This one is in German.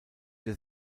der